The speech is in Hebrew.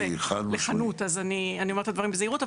לחנות ולכן אני אומרת את הדברים בזהירות,